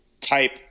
type